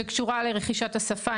שקשורה לרכישת השפה,